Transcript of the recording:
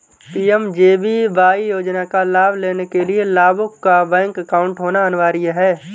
PMJBY योजना का लाभ लेने के लिया लाभुक का बैंक अकाउंट होना अनिवार्य है